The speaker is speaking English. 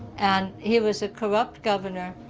and he was a corrupt governor.